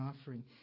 offering